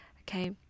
Okay